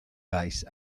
base